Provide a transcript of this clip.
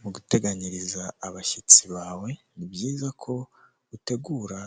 Mu guteganyiriza abashyitsi bawe ni byiza ko utegura